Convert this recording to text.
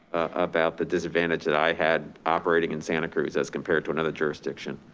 about the disadvantage that i had operating in santa cruz as compared to another jurisdiction.